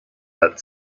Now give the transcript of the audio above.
but